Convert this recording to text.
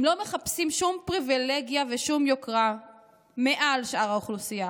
הם לא מחפשים שום פריבילגיה ושום יוקרה מעל שאר האוכלוסייה.